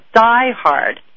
diehard